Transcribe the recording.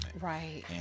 right